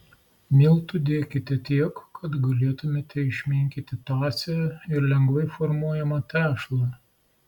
miltų dėkite tiek kad galėtumėte išminkyti tąsią ir lengvai formuojamą tešlą